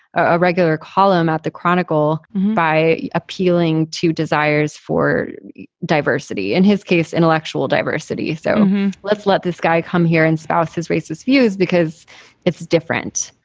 a regular column at the chronicle by appealing to desires for diversity, in his case, intellectual diversity. so let's let this guy come here and south his racist views because it's different.